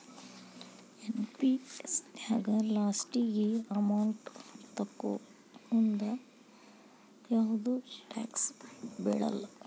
NPS ನ್ಯಾಗ ಲಾಸ್ಟಿಗಿ amount ತೊಕ್ಕೋಮುಂದ ಯಾವ್ದು ಟ್ಯಾಕ್ಸ್ ಬೇಳಲ್ಲ